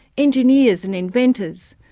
engineers and inventors,